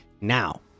now